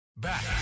Back